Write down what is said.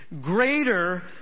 Greater